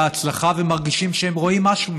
הצלחה ומרגישים שהם רואים משהו ממנה?